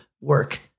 work